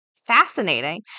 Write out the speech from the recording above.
Fascinating